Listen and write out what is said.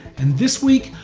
and this week,